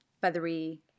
feathery